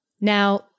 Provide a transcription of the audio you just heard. Now